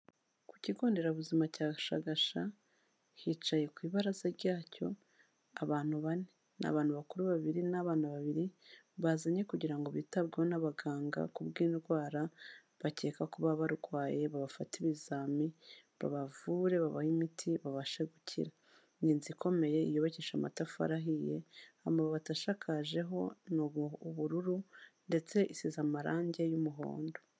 Ku kigo nderabuzima cya Shagasha, hicaye ku ibaraza ryacyo abantu bane. Ni abantu bakuru babiri n'abana babiri, bazanye kugira ngo bitabweho n'abaganga ku bw'indwara bakeka kuba barwaye, babafate ibizami, babavure babahe imiti, babashe gukira. Ni nzu ikomeye yubakishijwe amatafari ahiye, amabati ashakajeho ni ubururu ndetse isize amarangi y'umuhondo.